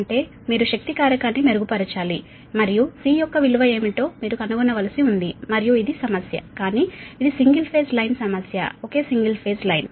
అంటే మీరు శక్తి కారకాన్ని మెరుగుపరచాలి మరియు సి యొక్క విలువ ఏమిటో మీరు కనుగొనవలసి ఉంది మరియు ఇది సమస్య కానీ ఇది సింగిల్ ఫేజ్ లైన్ సమస్య ఒకే సింగిల్ ఫేజ్ లైన్